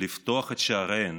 לפתוח את שעריהן